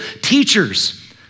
teachers